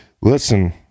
listen